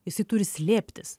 jisai turi slėptis